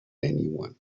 anyone